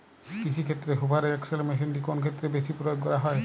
কৃষিক্ষেত্রে Hoover XL মেশিনটি কোন ক্ষেত্রে বেশি প্রয়োগ করা হয়?